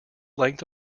length